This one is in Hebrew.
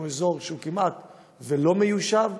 שהוא אזור כמעט לא מיושב,